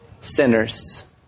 sinners